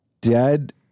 Dead